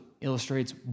illustrates